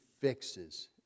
fixes